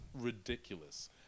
ridiculous